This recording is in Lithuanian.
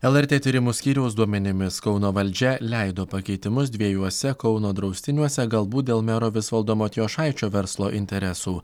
lrt tyrimų skyriaus duomenimis kauno valdžia leido pakeitimus dviejuose kauno draustiniuose galbūt dėl mero visvaldo matijošaičio verslo interesų